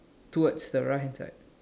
towards the right hand side